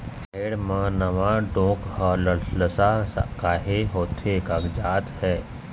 रहेड़ म नावा डोंक हर लसलसा काहे होथे कागजात हे?